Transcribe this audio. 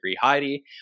Heidi